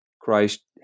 Christ